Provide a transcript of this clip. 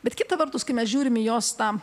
bet kita vertus kai mes žiūrim į jos tą